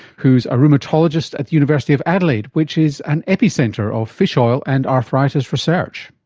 who's a rheumatologist at the university of adelaide, which is an epicentre of fish oil and arthritis research.